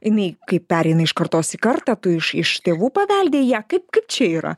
jinai kaip pereina iš kartos į kartą tu iš iš tėvų paveldėji ją kaip kaip čia yra